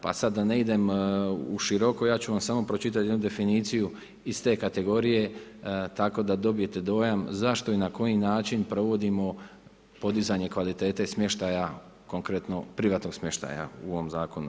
Pa sada da ne idem u široko ja ću vam samo pročitati jednu definiciju iz te kategorije tako da dobijete dojam zašto i na koji način provodimo podizanje kvalitete smještaja, konkretno privatnog smještaja u ovom zakonu.